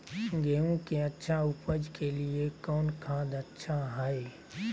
गेंहू के अच्छा ऊपज के लिए कौन खाद अच्छा हाय?